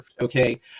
Okay